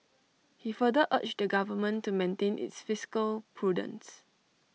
he further urged the government to maintain its fiscal prudence